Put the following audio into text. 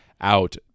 out